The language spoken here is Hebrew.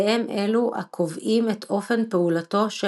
והם אלו הקובעים את אופן פעולתו של